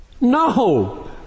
no